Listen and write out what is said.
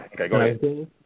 Okay